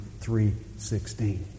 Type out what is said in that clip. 3.16